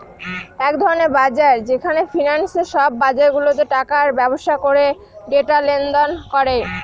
এক ধরনের বাজার যেখানে ফিন্যান্সে সব বাজারগুলাতে টাকার ব্যবসা করে ডেটা লেনদেন করে